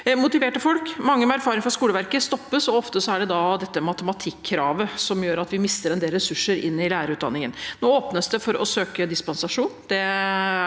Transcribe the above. skoleverket, stoppes, og ofte er det matematikkravet som gjør at vi mister en del ressurser inn til lærerutdanningen. Nå åpnes det for å søke dispensasjon.